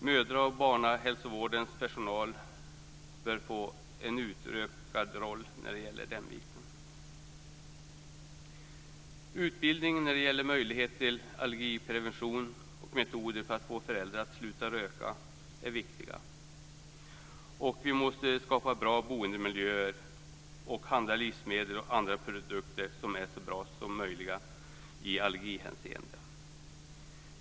Mödra och barnhälsovårdens personal bör här få en utökad roll. Utbildning när det gäller möjligheter till allergiprevention och metoder för att få föräldrar att sluta röka är viktiga. Vi måste också skapa bra boendemiljöer och handla livsmedel och andra produkter som är så bra som möjligt i allergihänseende.